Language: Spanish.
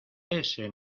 ese